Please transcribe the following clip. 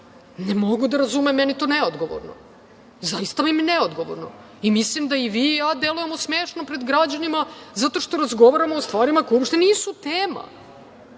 ne mogu da razumem. Meni je to neodgovorno. Zaista mi je neodgovorno. Mislim da i vi i ja delujemo smešno pred građanima zato što razgovaramo o stvarima koje uopšte nisu tema. Ne